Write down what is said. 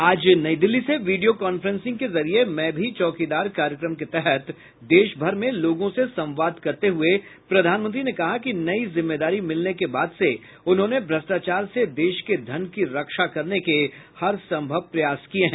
आज नई दिल्ली से video conferencing के जरिये मैं भी चौकीदार कार्यक्रम के तहत देशभर में लोगों से संवाद करते हुए प्रधानमंत्री ने कहा कि नई जिम्मेदारी मिलने के बाद से उन्होंने भ्रष्ट्राचार से देश के धन की रक्षा करने के हर संभव प्रयास किये हैं